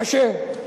קשה.